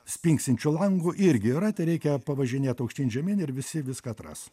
spingsinčiu langu irgi yra tereikia pavažinėt aukštyn žemyn ir visi viską atras